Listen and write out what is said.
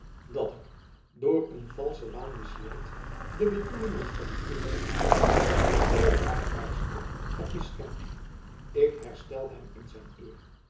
dat ik door een valschen waan misleid de bedoelingen van dien ridder daar op deodaat wijzende heb miskend ik herstel hem in zijn eer